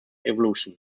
evolution